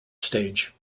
stage